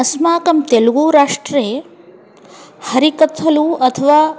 अस्माकं तेलुगूराष्ट्रे हरिकथलू अथवा